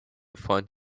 find